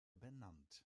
benannt